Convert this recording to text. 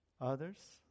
others